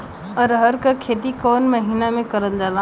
अरहर क खेती कवन महिना मे करल जाला?